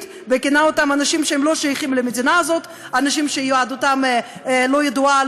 וכינה אותם "אנשים שלא שייכים למדינה הזאת" אנשים שיהדותם לא ידועה,